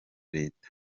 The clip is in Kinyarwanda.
leta